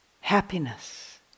happiness